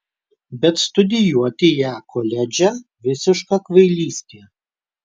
bet studijuoti ją koledže visiška kvailystė